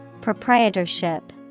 Proprietorship